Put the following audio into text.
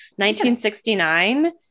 1969